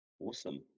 Awesome